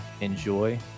enjoy